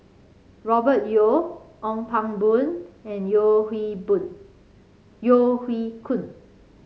Robert Yeo Ong Pang Boon and Yeo Hoe Boon Yeo Hoe Koon